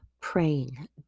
praying